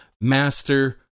Master